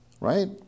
right